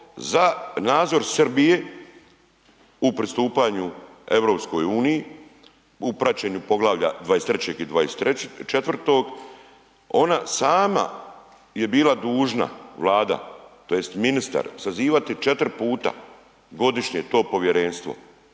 za nadzor Srbije u pristupanju EU u praćenju poglavalja 23. i 24. ona sama je bila dužna Vlada tj. ministar sazivati četiri puta godišnje to povjerenstvo